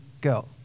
go